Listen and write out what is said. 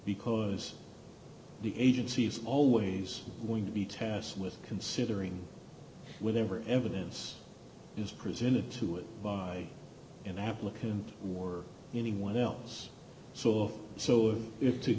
because the agency's always going to be tasked with considering with every evidence is presented to it by an applicant or anyone else so so if to